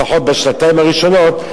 לפחות בשנתיים הראשונות,